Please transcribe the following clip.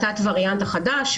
תת הווריאנט החדש,